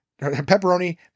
pepperoni